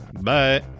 Bye